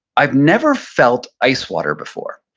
i've never felt ice water before.